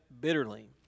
bitterly